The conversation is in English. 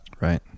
right